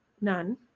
None